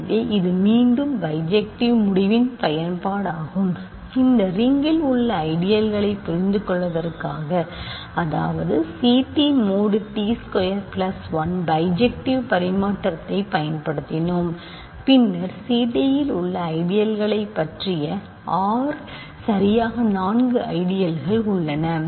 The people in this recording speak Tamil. எனவே இது மீண்டும் பைஜெக்டிவ் முடிவின் பயன்பாடாகும் அந்த ரிங்கில் உள்ள ஐடியல்களைப் புரிந்து கொள்வதற்காக அதாவது ct mod t square 1 bijective பரிமாற்றத்தைப் பயன்படுத்தினோம் பின்னர் ct இல் உள்ள ஐடியல்களைப் பற்றிய R சரியாக நான்கு ஐடியல்கள் உள்ளன